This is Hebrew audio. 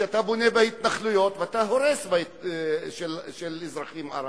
שאתה בונה בהתנחלויות ואתה הורס בית של אזרחים ערבים.